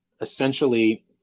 essentially